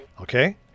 Okay